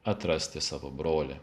atrasti savo brolį